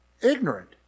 Ignorant